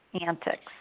antics